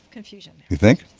confusion. you think?